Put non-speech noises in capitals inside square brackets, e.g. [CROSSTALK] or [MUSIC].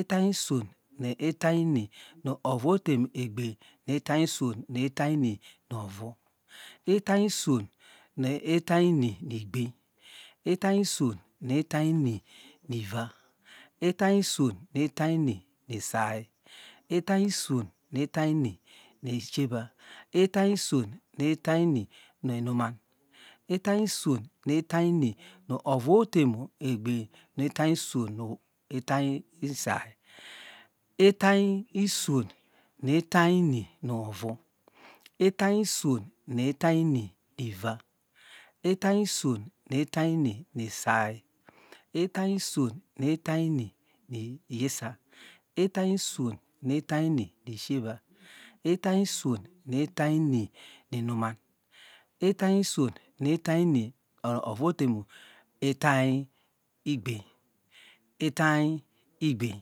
itany uswon nu itany ini nu ovu emigbeiny itany iswon nutany ini novu itany iswon nuitany ini novu itany swon nu itanyi ini nigbeiny itany uswon nu itany ini nu iva ibany uswon nu itany ini isay itany iswon nu itany ini nu ishieva itany iswon nu itany ini nu inuman itany iswon nu itany ini nu ovu etem egbein nu itany iswon nu itany isay itany iswon nu itany ini novu itany iswon nu itany ini iva itany iswon nu itany ini isay itany iswon nu itany in [UNINTELLIGIBLE] iyisa itany iswon nu itany ini ishieva itany swon nu itany ini inuman itany iswon nu itany ini [UNINTELLIGIBLE] or ovotemu itany igbem itany igbein